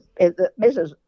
Mrs